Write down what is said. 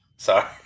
Sorry